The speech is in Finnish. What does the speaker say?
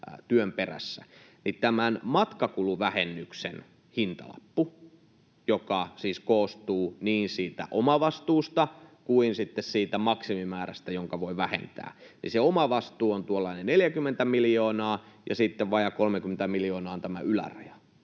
työn perässä, niin tämän matkakuluvähennyksen hintalappu, joka siis koostuu niin omavastuusta kuin sitten siitä maksimimäärästä, jonka voi vähentää, on se, että se omavastuu on tuollainen 40 miljoonaa ja sitten vajaa 30 miljoonaa on tämä yläraja.